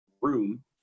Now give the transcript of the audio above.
room